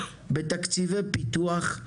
בתקציבי פיתוח,